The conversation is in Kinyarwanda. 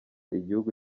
igihugu